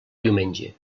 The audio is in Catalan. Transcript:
diumenge